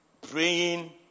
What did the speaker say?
praying